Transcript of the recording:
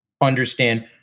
understand